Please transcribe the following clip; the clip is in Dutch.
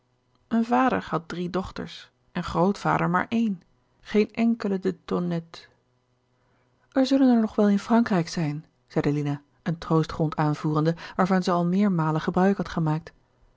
mijn vader had drie dochters en grootvader maar een geen enkele de tonnette er zullen er nog wel in frankrijk zijn zeide lina een troostgrond aanvoerende waarvan zij al meermalen gebruik had gemaakt